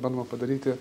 bandoma padaryti